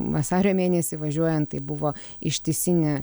vasario mėnesį važiuojant tai buvo ištisinė